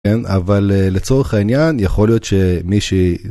כן, אבל לצורך העניין יכול להיות שמישהי...